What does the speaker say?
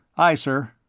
aye, sir.